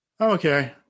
Okay